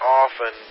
often